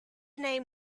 name